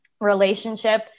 relationship